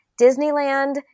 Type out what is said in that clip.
Disneyland